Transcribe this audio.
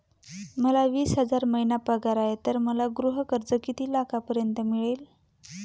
मला वीस हजार महिना पगार आहे तर मला गृह कर्ज किती लाखांपर्यंत मिळेल?